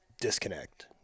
disconnect